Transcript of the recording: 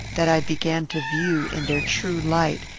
that i began to view, in their true light,